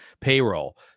payroll